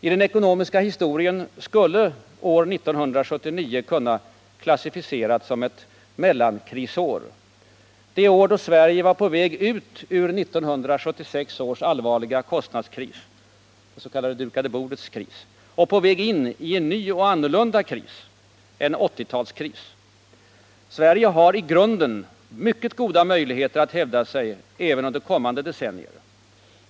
I den ekonomiska historien skulle år 1979 kunna klassificeras som ett mellankrisår, det år då Sverige var på väg ut ur 1976 års kostnadskris — det s.k. dukade bordets kris — och på väg in i en ny och annorlunda kris, en 80-talskris. Sverige har i grunden mycket goda möjligheter att hävda sig även under kommande decennier.